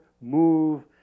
move